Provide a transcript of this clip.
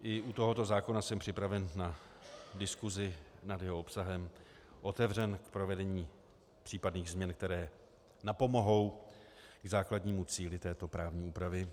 I u tohoto zákona jsem připraven na diskusi nad jeho obsahem, otevřen k provedení případných změn, které napomohou k základnímu cíli této právní úpravy.